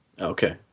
Okay